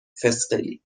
فسقلی